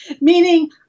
Meaning